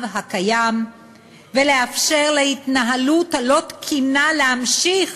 הקיים ולאפשר להתנהלות הלא-תקינה להמשיך